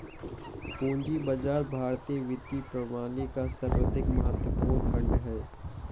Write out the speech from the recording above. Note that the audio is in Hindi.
पूंजी बाजार भारतीय वित्तीय प्रणाली का सर्वाधिक महत्वपूर्ण खण्ड है